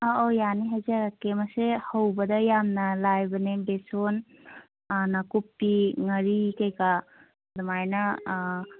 ꯑꯥꯎ ꯑꯥꯎ ꯌꯥꯅꯤ ꯍꯥꯏꯖꯔꯛꯀꯦ ꯃꯁꯦ ꯍꯧꯕꯗ ꯌꯥꯝꯅ ꯂꯥꯏꯕꯅꯦ ꯕꯦꯁꯣꯟ ꯅꯥꯀꯨꯞꯄꯤ ꯉꯥꯔꯤ ꯀꯩꯀꯥ ꯑꯗꯨꯃꯥꯏꯅ